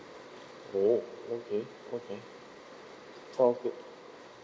oh okay okay sound good